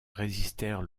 résistèrent